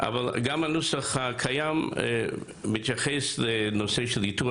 גם הנוסח הקיים מתייחס לנושא של איתור